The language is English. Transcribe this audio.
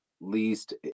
least